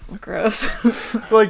Gross